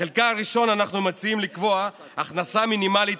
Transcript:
בחלקה הראשון אנחנו מציעים לקבוע הכנסה מינימלית